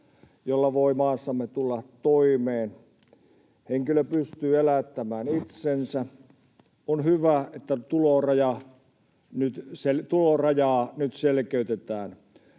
jolla voi maassamme tulla toimeen, henkilö pystyy elättämään itsensä. On hyvä, että tulorajaa nyt selkeytetään.